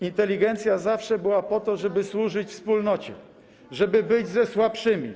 Inteligencja zawsze była po to, żeby służyć wspólnocie, żeby być ze słabszymi.